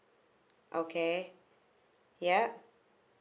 okay yup